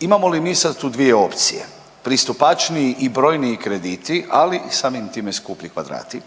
Imamo li mi sad tu dvije opcije, pristupačniji i brojniji krediti, ali i samim time skuplji kvadrati